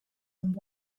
and